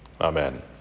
Amen